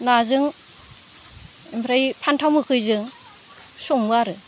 नाजों ओमफ्राय फानथाव मोखैजों सङो आरो